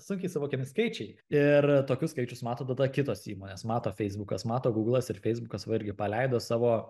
sunkiai suvokiami skaičiai ir tokius skaičius mato tada kitos įmonės mato feisbukas mato guglas ir feisbukas va irgi paleido savo